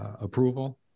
approval